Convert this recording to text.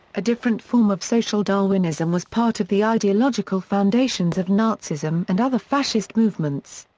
a different form of social darwinism was part of the ideological foundations of nazism and other fascist movements.